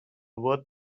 worth